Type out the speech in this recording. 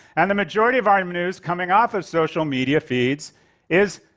and the majority of our news coming off of social media feeds is.